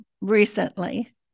recently